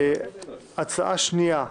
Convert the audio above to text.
הצעה שנייה היא: